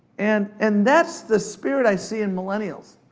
and and that's the spirit i see in millennials.